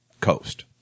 coast